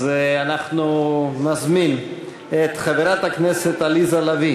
אז אנחנו נזמין את חברת הכנסת עליזה לביא